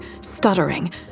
stuttering